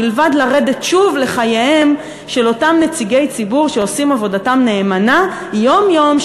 מלבד לרדת שוב לחייהם של אותם נציגי ציבור שעושים עבודתם נאמנה יום-יום,